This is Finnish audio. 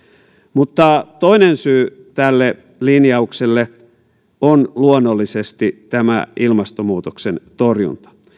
mutta toinen syy tälle linjaukselle on luonnollisesti ilmastonmuutoksen torjunta